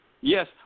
Yes